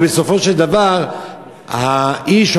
ובסופו של דבר האיש או,